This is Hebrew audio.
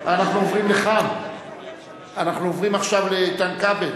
אנחנו עוברים עכשיו לאיתן כבל.